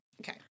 okay